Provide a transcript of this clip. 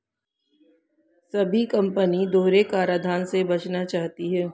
सभी कंपनी दोहरे कराधान से बचना चाहती है